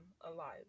alive